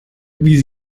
wie